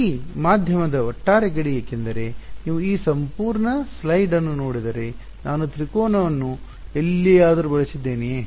ಈ ಮಾಧ್ಯಮದ ಒಟ್ಟಾರೆ ಗಡಿ ಏಕೆಂದರೆ ನೀವು ಈ ಸಂಪೂರ್ಣ ಸ್ಲೈಡ್ ಅನ್ನು ನೋಡಿದರೆ ನಾನು ತ್ರಿಕೋನವನ್ನು ಎಲ್ಲಿಯಾದರೂ ಬಳಸಿದ್ದೇನೆಯೇ